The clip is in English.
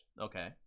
Okay